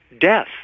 death